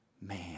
man